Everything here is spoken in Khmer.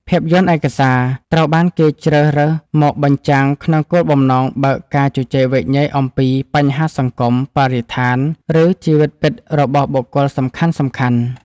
ភាពយន្តឯកសារ ត្រូវបានគេជ្រើសរើសមកបញ្ចាំង ក្នុងគោលបំណងបើកការជជែកវែកញែកអំពីបញ្ហាសង្គម បរិស្ថាន ឬជីវិតពិតរបស់បុគ្គលសំខាន់ៗ។